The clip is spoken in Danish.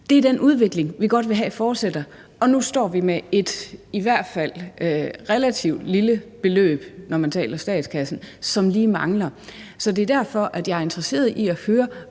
det er den udvikling, som vi godt vil have fortsætter, og nu står vi med et i hvert fald relativt lille beløb, når man taler statskassen, som lige mangler. Så det er derfor, at jeg er interesseret i at høre: